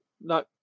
No